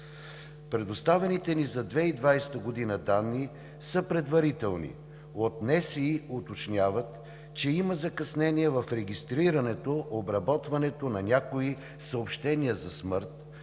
Предоставените ни за 2020 г. данни са предварителни. От НСИ уточняват, че има закъснение в регистрирането, обработването на някои съобщения за смърт,